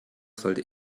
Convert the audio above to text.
sollte